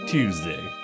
Tuesday